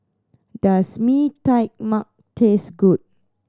does Mee Tai Mak taste good